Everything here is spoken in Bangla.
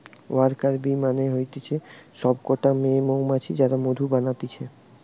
ওয়ার্কার বী মানে হতিছে সব কটা মেয়ে মৌমাছি যারা মধু বানাতিছে